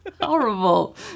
Horrible